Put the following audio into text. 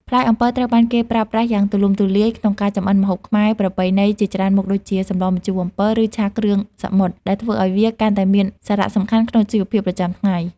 ផ្លែអំពិលត្រូវបានគេប្រើប្រាស់យ៉ាងទូលំទូលាយក្នុងការចម្អិនម្ហូបខ្មែរប្រពៃណីជាច្រើនមុខដូចជា សម្លរម្ជូរអំពិល ឬ ឆាគ្រឿងសមុទ្រ ដែលធ្វើឲ្យវាកាន់តែមានសារៈសំខាន់ក្នុងជីវភាពប្រចាំថ្ងៃ។